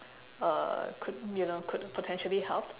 uh could you know could potentially help